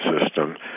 system